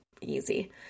easy